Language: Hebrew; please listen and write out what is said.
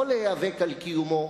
יכול להיאבק על קיומו,